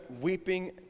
weeping